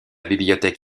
bibliothèque